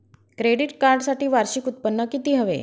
Credit कार्डसाठी वार्षिक उत्त्पन्न किती हवे?